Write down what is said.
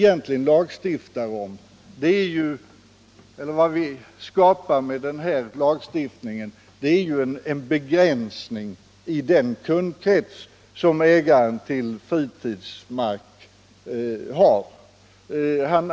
Utländska medbor Vad vi egentligen skapar med den här lagstiftningen är en begränsning gares förvärv av av den kundkrets som ägaren till fritidsmark har.